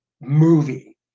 movie